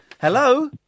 Hello